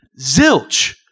zilch